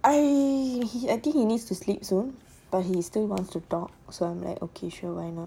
I mean he I think he needs to sleep soon but he still wants to talk so I'm like okay sure why not